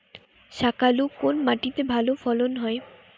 শাকালু কোন মাটিতে ভালো ফলন হয়?